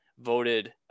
voted